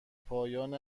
پایان